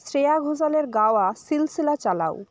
শ্রেয়া ঘোষালের গাওয়া সিলসিলা চালাও